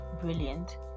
brilliant